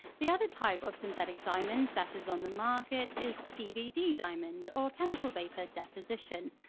the other type of synthetic diamond that is on the market is cvd diamond or chemical vapor deposition.